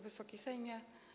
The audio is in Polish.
Wysoki Sejmie!